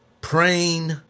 Praying